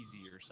easier